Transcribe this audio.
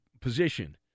position